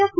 F